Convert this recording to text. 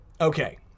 Okay